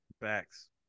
Facts